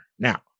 Now